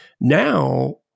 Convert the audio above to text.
Now